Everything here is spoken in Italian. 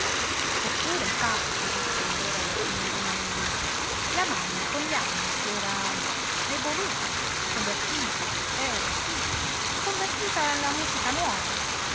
eppure sa gli disse allora la signorina milla la mamma con gli anni si era evoluta convertita eh sí convertita alla musica nuova